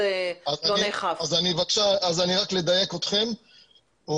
אז אני רק אדייק אתכם,